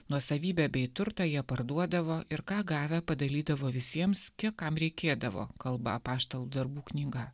nuosavybę bei turtą jie parduodavo ir ką gavę padalydavo visiems kiek kam reikėdavo kalba apaštalų darbų knyga